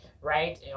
right